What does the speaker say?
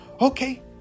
Okay